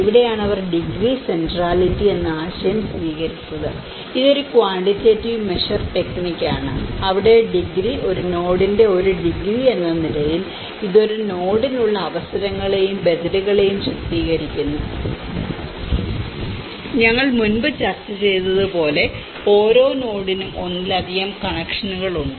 ഇവിടെയാണ് അവർ degree centrality എന്ന ആശയം സ്വീകരിച്ചത് ഇത് ഒരു ക്വാണ്ടിറ്റേറ്റീവ് മെഷർ ടെക്നിക് ആണ് അവിടെ ഡിഗ്രി ഒരു നോഡിന്റെ ഒരു ഡിഗ്രി എന്ന നിലയിൽ ഇത് ഒരു നോഡിന് ഉള്ള അവസരങ്ങളെയും ബദലുകളെയും ചിത്രീകരിക്കുന്നു ഞങ്ങൾ മുമ്പ് ചർച്ച ചെയ്തതുപോലെ ഓരോ നോഡിനും ഒന്നിലധികം കണക്ഷനുകൾ ഉണ്ട്